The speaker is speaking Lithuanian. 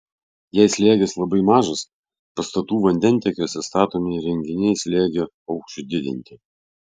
jei slėgis labai mažas pastatų vandentiekiuose statomi įrenginiai slėgio aukščiui didinti